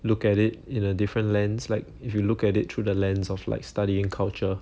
look at it in a different lens like if you look at it through the lens of like studying culture